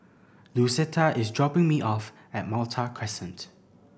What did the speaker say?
Lucetta is dropping me off at Malta Crescent